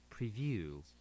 Preview